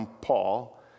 Paul